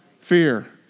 fear